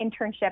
internship